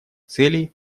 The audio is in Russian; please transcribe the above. целей